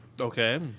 Okay